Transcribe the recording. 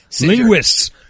Linguists